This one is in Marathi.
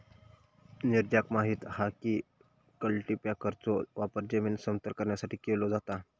नीरजाक माहित हा की कल्टीपॅकरचो वापर जमीन समतल करण्यासाठी केलो जाता